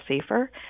safer